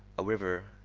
a river,